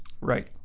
Right